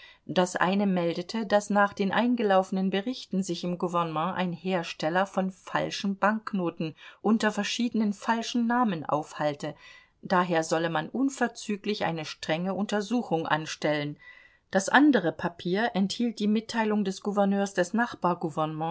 das eine meldete daß nach den eingelaufenen berichten sich im gouvernement ein hersteller von falschen banknoten unter verschiedenen falschen namen aufhalte daher solle man unverzüglich eine strenge untersuchung anstellen das andere papier enthielt die mitteilung des gouverneurs des